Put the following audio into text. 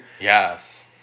Yes